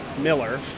Miller